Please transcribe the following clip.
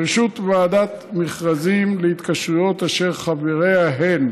לרשות יש ועדת מכרזים להתקשרויות, אשר חבריה הם